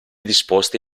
disposte